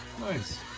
Nice